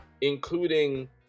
including